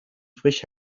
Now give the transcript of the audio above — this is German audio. frisch